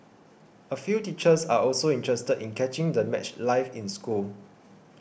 a few teachers are also interested in catching the match live in school